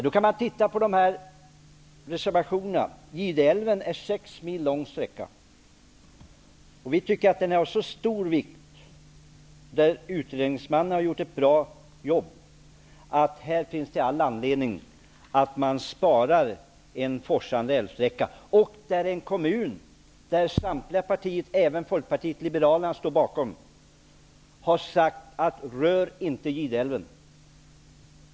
Då kan vi titta på reservationerna. Sträckan i Gideälven är sex mil lång. Här har utredningsmannen gjort ett bra jobb. Vi tycker att den är av så stor vikt att det finns all anledning att vi sparar en forsande älvsträcka. En kommun har sagt att vi inte skall röra Gideälven, och det står samtliga partier i kommunen bakom, även Folkpartiet liberalerna.